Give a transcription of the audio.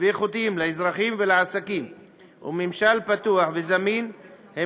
ואיכותיים לאזרחים ולעסקים וממשל פתוח וזמין הם